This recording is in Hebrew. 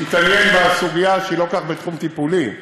יתעניין בסוגיה, שהיא לא כל כך בתחום טיפולי.